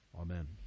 Amen